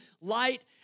light